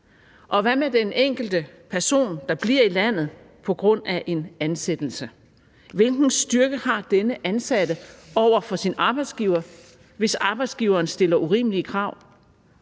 Hvad med den enkelte person, der bliver i landet på grund af en ansættelse? Hvilken styrke har denne ansatte over for sin arbejdsgiver, hvis arbejdsgiveren stiller urimelige krav?